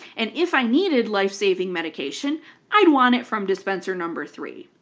and if i needed life-saving medication i'd want it from dispenser number three.